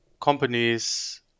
companies